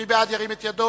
מי בעד, ירים את ידו.